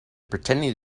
pretending